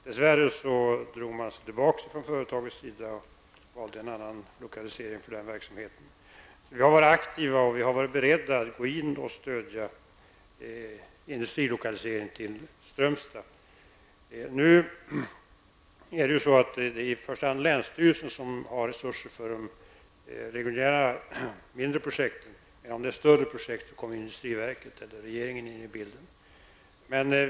Dess värre drog man sig tillbaka från företagets sida för att lokalisera verksamheten till en annan plats. Vi har varit aktiva och också beredda att gå in och stödja industrilokalisering till Strömstad. I första hand är det länsstyrelsen som har resurser för de reguljära mindre projekten. Om det är större projekt kommer industriverket eller regeringen in i bilden.